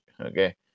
Okay